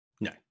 No